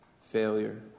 failure